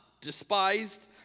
despised